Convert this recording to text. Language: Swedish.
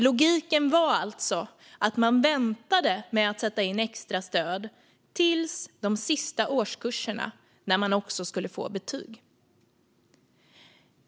Logiken var alltså att man väntade med att sätta in extra stöd till de sista årskurserna, då eleverna också skulle få betyg.